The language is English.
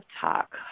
talk